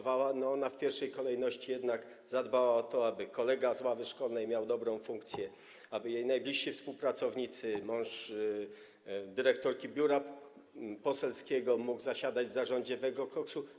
W pierwszej kolejności zadbała o to, aby kolega z ławy szkolnej miał dobrą funkcję, aby jej najbliżsi współpracownicy... mąż dyrektorki biura poselskiego mógł zasiadać w Zarządzie Węglokoksu.